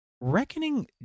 Reckoning